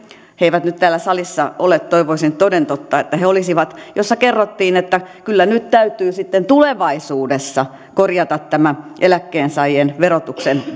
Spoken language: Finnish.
he eivät nyt täällä salissa ole toivoisin toden totta että he olisivat jossa kerrottiin että kyllä nyt täytyy sitten tulevaisuudessa korjata tämä eläkkeensaajien verotuksen